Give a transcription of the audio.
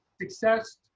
success